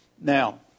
Now